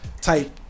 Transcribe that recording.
type